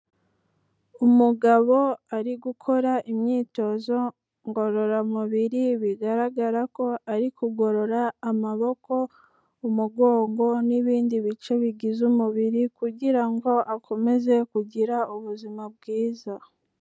Umugabo ari gukora imyitozo ngororamubiri bigaragara ko ari kugorora amaboko, umugongo n'ibindi bice bigize umubiri kugira ngo akomeze kugira ubuzima bwiza.